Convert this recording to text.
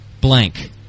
blank